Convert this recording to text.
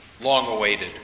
long-awaited